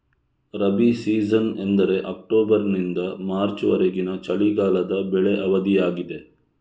rabi season ಎಂದರೆ ಅಕ್ಟೋಬರಿನಿಂದ March ವರೆಗಿನ ಚಳಿಗಾಲದ ಬೆಳೆ ಅವಧಿಯಾಗಿದೆ